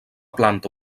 planta